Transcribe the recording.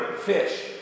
fish